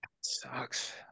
Sucks